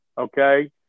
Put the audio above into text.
okay